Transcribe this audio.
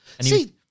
See